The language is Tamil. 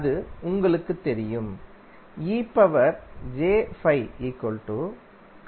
அது உங்களுக்குத் தெரியும்